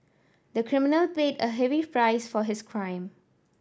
the criminal paid a heavy price for his crime